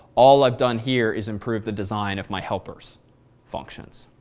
all i've done here is improved the design of my helpers functions.